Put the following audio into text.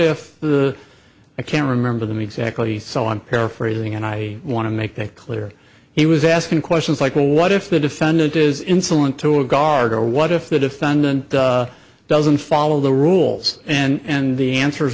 if the i can't remember them exactly so on paraphrasing and i want to make it clear he was asking questions like well what if the defendant is insolent to a guard or what if the defendant doesn't follow the rules and the answers